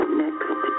next